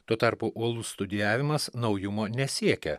tuo tarpu uolus studijavimas naujumo nesiekia